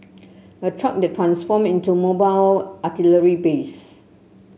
a truck that transform into mobile artillery base